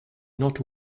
not